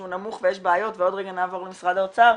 נמוך ויש בעיות ועוד רגע נעבור למשרד האוצר,